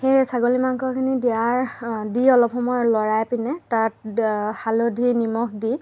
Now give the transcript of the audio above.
সেই ছাগলী মাংসখিনি দিয়াৰ দি অলপ সময় লৰাই পিনে তাত হালধি নিমখ দি